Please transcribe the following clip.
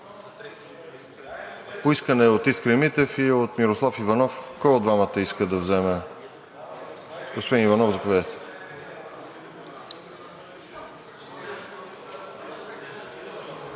По искане от Искрен Митев и от Мирослав Иванов – кой от двамата иска да вземе думата? Господин Иванов, заповядайте.